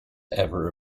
ever